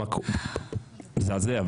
זה פשוט מזעזע.